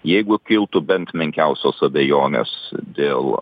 jeigu kiltų bent menkiausios abejonės dėl